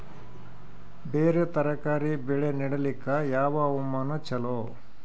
ಬೇರ ತರಕಾರಿ ಬೆಳೆ ನಡಿಲಿಕ ಯಾವ ಹವಾಮಾನ ಚಲೋ?